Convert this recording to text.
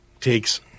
takes